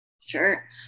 Sure